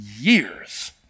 years